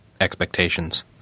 expectations